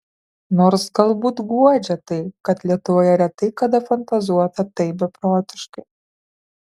nors galbūt guodžia tai kad lietuvoje retai kada fantazuota taip beprotiškai